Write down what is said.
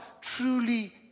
truly